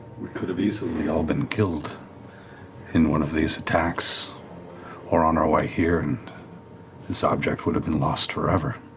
we could have easily all been killed in one of these attacks or on our way here and this object would have been lost forever.